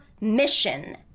mission